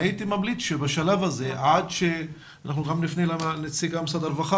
אני הייתי ממליץ שבשלב הזה אנחנו גם נפנה לנציג משרד הרווחה